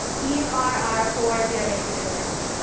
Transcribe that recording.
these are our four geo based editions.